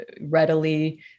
readily